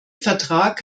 vertrag